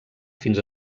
fins